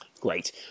Great